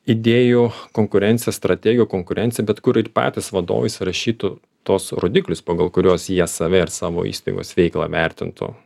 idėjų konkurencija strategija konkurencija bet kur ir patys vadovai surašytų tuos rodiklius pagal kuriuos jie save ir savo įstaigos veiklą vertintų